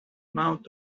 mouth